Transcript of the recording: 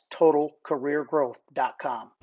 totalcareergrowth.com